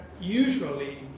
usually